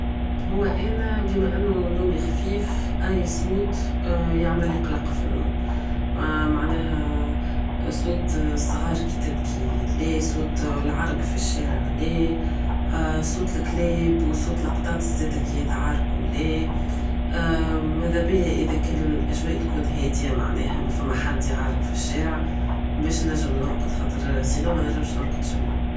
هو انا بما انو نومي خفيف اي صوت يعملي قلق فالنوم معناها صوت الصغار كي تبكي ولا صوت العرك فالشارع صوت الكلاب زادا القطط كي بتعاركو لا مدابيا اذا كان الأجواء تكون هاذية معناها مافما حد يعارك فالشارع خاطر سينون منقدرش نرڨد جملة